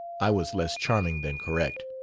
i was less charming than correct.